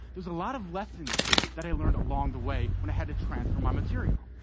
there's a lot of lessons that i learned along the way when i had to transfer my material.